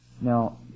Now